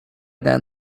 then